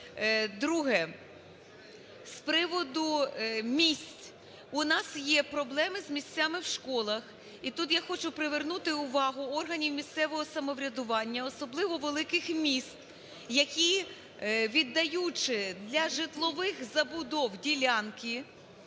Друге. З приводу місць, у нас є проблеми з місцями в школах. І тут я хочу привернути увагу органів місцевого самоврядування, особливо великих міст, віддаючи для житлових забудов ділянки